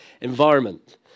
environment